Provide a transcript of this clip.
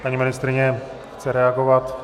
Paní ministryně chce reagovat.